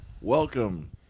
Welcome